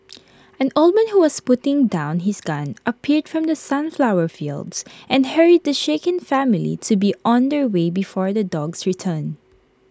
an old man who was putting down his gun appeared from the sunflower fields and hurried the shaken family to be on their way before the dogs return